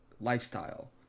lifestyle